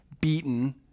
beaten